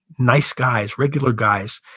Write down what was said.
nice guys, regular guys,